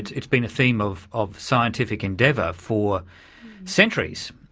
it's been a theme of of scientific endeavour for centuries,